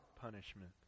punishment